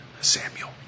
Samuel